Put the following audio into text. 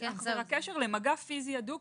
יש אך ורק קשר למגע פיזי הדוק,